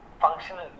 functional